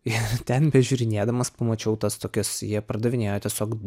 ir ten bežiūrinėdamas pamačiau tas tokias jie pardavinėjo tiesiog